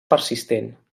persistent